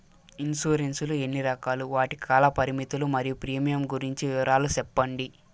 Insurance లు ఎన్ని రకాలు? వాటి కాల పరిమితులు మరియు ప్రీమియం గురించి వివరాలు సెప్పండి?